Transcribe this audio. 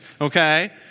okay